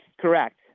correct